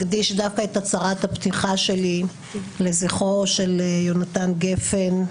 הצהרת הפתיחה שלי אני רוצה להקדיש לזכרו של יהונתן גפן.